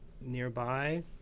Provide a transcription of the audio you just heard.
nearby